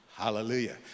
Hallelujah